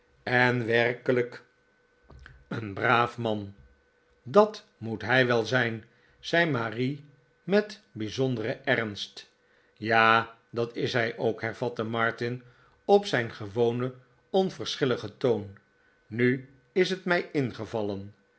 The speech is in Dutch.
en werkelijk een braaf man dat moet hij wel zijn zei marie met bijzonderen ernst ja dat is hij ook hervatte martin op zijn gewonen onverschilligen toon nu is het mij ingevallen